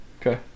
Okay